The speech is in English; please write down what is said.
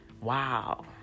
wow